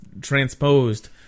transposed